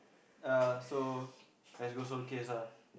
uh so let's go Solecase ah